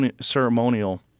ceremonial